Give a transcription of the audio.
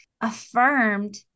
affirmed